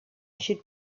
should